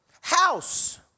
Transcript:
house